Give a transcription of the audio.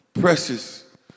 Precious